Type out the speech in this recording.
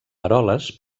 eroles